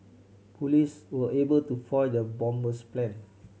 police were able to foil the bomber's plan